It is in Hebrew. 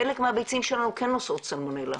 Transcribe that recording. חלק מהביצים שלנו כן נושאות סלמונלה.